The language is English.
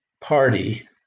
Party